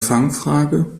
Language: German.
fangfrage